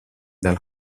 del